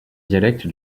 dialecte